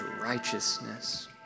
righteousness